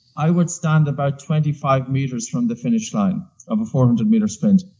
i would stand about twenty five meters from the finish line of a four hundred meter sprint.